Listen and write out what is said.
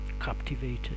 captivated